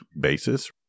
basis